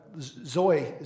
Zoe